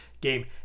game